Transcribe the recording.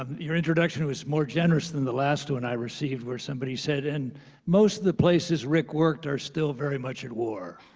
um your introduction was more generous than the last one i received where somebody said, and most of the places rick worked are still very much at war.